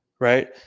right